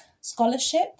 scholarship